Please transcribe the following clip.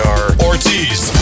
Ortiz